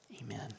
amen